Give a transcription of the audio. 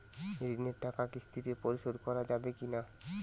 ঋণের টাকা কিস্তিতে পরিশোধ করা যাবে কি না?